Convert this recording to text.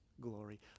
glory